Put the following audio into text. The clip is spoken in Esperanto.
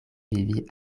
vivi